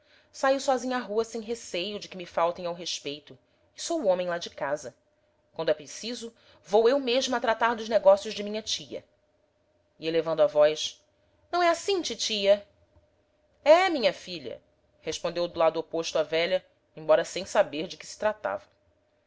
saio sozinha à rua sem receio de que me faltem ao respeito e sou o homem lá de casa quando é preciso vou eu mesma tratar dos negócios de minha tia e elevando a voz não é assim titia é minha filha respondeu do lado oposto a velha embora sem saber de que se tratava